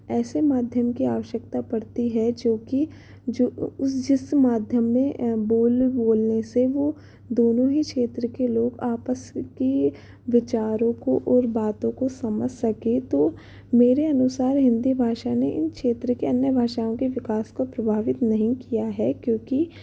ऐसे माध्यम की आवश्यकता पड़ती है जो कि जो उस जिस माध्यम में बोल बोलने से वह दोनों ही क्षेत्र के लोग आपस के विचारों को और बातों को समझ सके तो मेरे अनुसार हिंदी भाषा ने इन क्षेत्र के अन्य भाषाओं के विकास को प्रभावित नहीं किया है क्योंकि